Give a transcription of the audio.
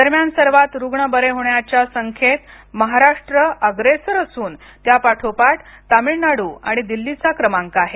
दरम्यान सर्वात रुग्ण बरे होण्याच्या संख्येत महाराष्ट्र अग्रेसर असून त्यापाठोपाठ तामिळनाडू आणि दिल्लीचा क्रमांक आहे